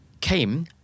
Came